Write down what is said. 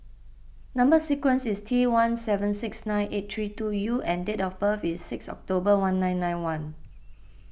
Number Sequence is T one seven six nine eight three two U and date of birth is six October one nine nine one